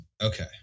Okay